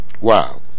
Wow